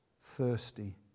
thirsty